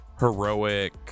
heroic